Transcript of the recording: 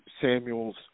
Samuels